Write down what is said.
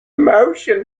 motion